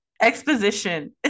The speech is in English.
exposition